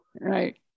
Right